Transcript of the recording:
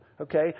Okay